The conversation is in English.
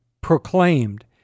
proclaimed